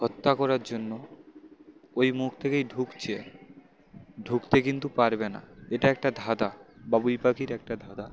হত্যা করার জন্য ওই মুখ থেকেই ঢুকছে ঢুকতে কিন্তু পারবে না এটা একটা ধাঁধা বা বই পাখির একটা ধাঁধা